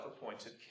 appointed